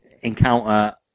encounter